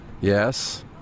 Yes